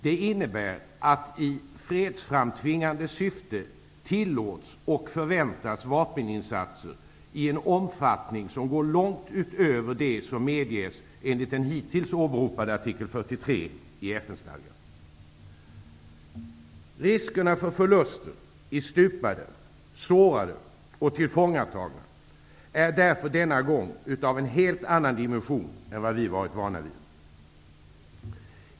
Det innebär att i fredsframtvingande syfte tillåts och förväntas vapeninsatser i en omfattning som går långt utöver det som medges enligt den hittills åberopade artikel 43 i FN-stadgan. Riskerna för förluster i stupade, sårade och tillfångatagna är därför denna gång av en helt annat dimension än vi varit vana vid.